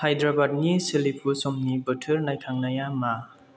हाइद्राबादनि सोलिफु समनि बोथोर नायखांनाया मा